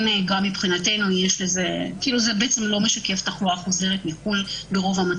ברוב המצבים זה בעצם לא משקף תחלואה חוזרת מחוץ לארץ.